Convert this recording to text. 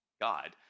God